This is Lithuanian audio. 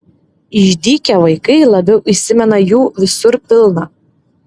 išdykę vaikai labiau įsimena jų visur pilna